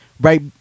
Right